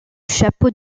chapeau